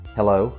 Hello